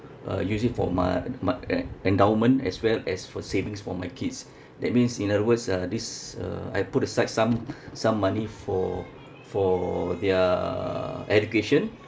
uh usually for ma~ my en~ endowment as well as for savings for my kids that means in other words uh this uh I put aside some some money for for their education